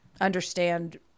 understand